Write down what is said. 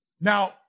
Now